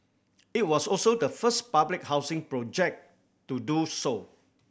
it was also the first public housing project to do so